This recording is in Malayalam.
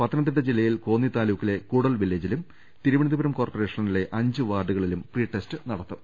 പത്തനംതിട്ട ജില്ലയിൽ കോന്നി താലൂക്കിലെ കൂടൽ വില്ലേജിലും തിരുവനന്തപുരം കോർപ്പറേഷനിലെ അഞ്ച് വാർഡുകളിലും പ്രീടെസ്റ്റ് നട്ക്കും